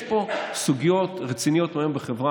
יש סוגיות רציניות היום בחברה